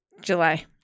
July